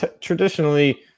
Traditionally